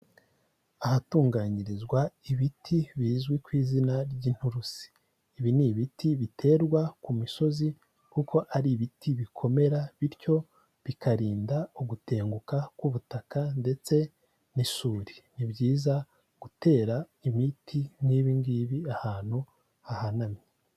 Ahatunganyirizwa ibiti bizwi ku izina ry'inturusi, ibi ni ibiti biterwa ku misozi kuko ari ibiti bikomera bityo bikarinda ugutenguka k'ubutaka ndetse n'isuri, ni byiza gutera ibiti nk'ibi ngibi ahantu hahanamye.